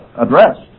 Addressed